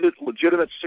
legitimate